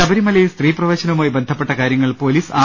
ശബരിമലയിൽ സ്ത്രീ പ്രവേശനവുമായി ബന്ധപ്പെട്ട കാര്യങ്ങൾ പോലീസ് ആർ